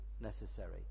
necessary